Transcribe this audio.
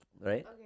right